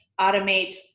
automate